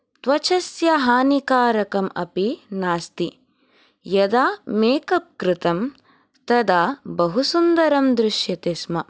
त्वचस्य हानिकारकम् अपि नास्ति यदा मेकप् कृतं तदा बहुसुन्दरं दृश्यते स्म